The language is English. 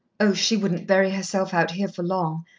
oh, she wouldn't bury herself out here, for long.